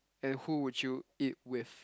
and who would you eat with